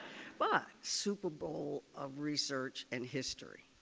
but super bowl of research and history,